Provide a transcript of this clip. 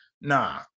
nah